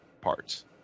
parts